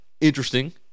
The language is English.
interesting